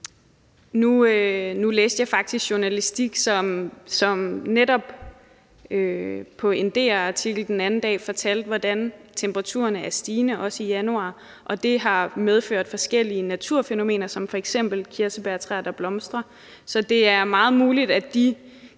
Nu læste jeg faktisk Journalisten, som netop i en DR-artikel den anden dag fortalte, hvordan temperaturerne er stigende, også i januar, og at det har medført forskellige naturfænomener som f.eks. kirsebærtræer, der blomstrer. Så det er meget muligt, at de